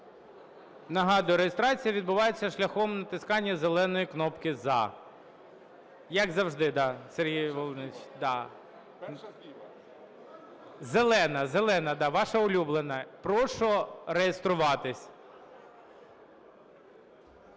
Нагадую, реєстрація відбувається шляхом натискання зеленої кнопки "за". Як завжди, Сергію Володимировичу. Зелена, зелена, да, ваша улюблена. Прошу реєструватись.